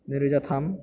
नैरोजा थाम